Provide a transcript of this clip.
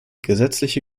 gesetzliche